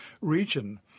region